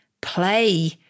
play